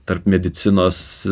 tarp medicinos